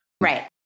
Right